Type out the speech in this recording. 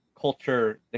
culture